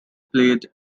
played